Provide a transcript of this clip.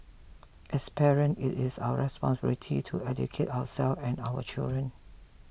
as parent it is our responsibility to educate ourselves and our children